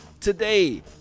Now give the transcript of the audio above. Today